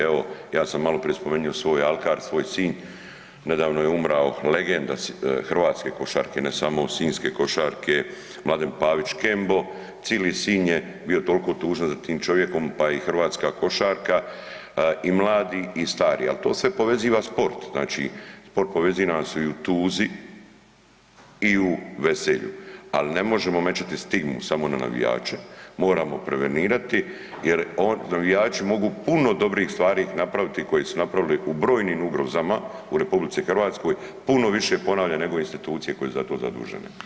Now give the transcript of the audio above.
Evo ja sam maloprije spomenuo svoj Alkar, svoj Sinj, nedavno je umor legenda hrvatske košarke, ne samo sinjske košarke Mladen Pavić Škembo, cijeli Sinj je bio toliko tužan za tim čovjekom pa i hrvatska košarka, i mladi i stari ali to sve poveziva sport, znači sport povezuje nas i u tuzi i u veselju ali ne možemo metati stigmu samo na navijače, moramo prevenirati jer navijači mogu puno dobrih stvari koje su napravili u brojnim ugrozama u RH, puno više ponavljam nego institucije koje su za to zadužene.